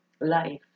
life